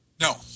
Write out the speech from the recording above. No